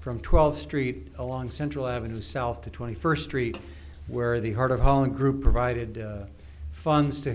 from twelve street along central avenue south to twenty first street where the heart of holland group provided funds to